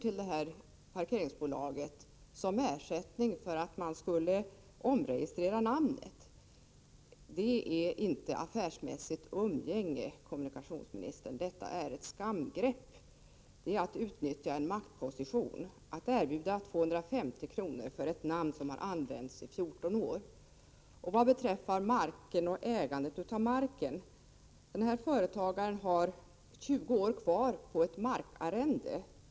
till parkeringsbolaget som ersättning för att bolaget skulle omregistrera namnet. Det är inte affärsmässigt umgänge, kommunikationsministern — detta är ett skamgrepp. Att erbjuda 250 kr. för ett namn som har använts i 14 år är att utnyttja en maktposition. Vad beträffar marken och ägandet av den, så har den här företagaren 20 år kvar på ett markarrende.